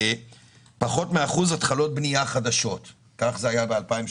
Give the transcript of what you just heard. פחות מ-1% התחלות בנייה חדשות, כך זה היה ב-2018.